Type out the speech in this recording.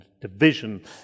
division